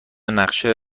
نقشه